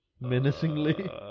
Menacingly